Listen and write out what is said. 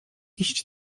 iść